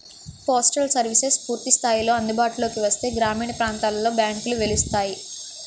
postal services పూర్తి స్థాయిలో అందుబాటులోకి వస్తే గ్రామీణ ప్రాంతాలలో బ్యాంకులు వెలుస్తాయి